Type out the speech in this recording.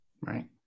Right